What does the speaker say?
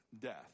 death